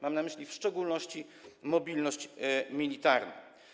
Mam na myśli w szczególności mobilność militarną.